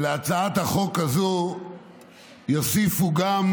שלהצעת החוק הזו יוסיפו גם